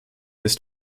ist